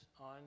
on